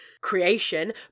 creation